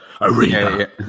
Arena